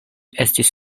estis